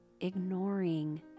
ignoring